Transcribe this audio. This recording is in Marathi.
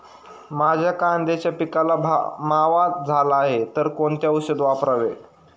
माझ्या कांद्याच्या पिकाला मावा झाला आहे तर कोणते औषध वापरावे?